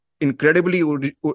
incredibly